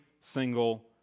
single